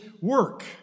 work